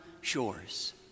shores